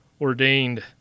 Ordained